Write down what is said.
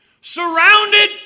surrounded